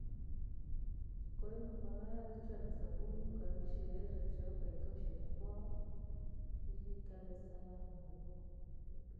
Nkooya mikono yeera chwee na sabuni, nkaakikisha yeere chwe ukaikausha vyaboowa, ili ikale salama vyaboha.